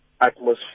atmosphere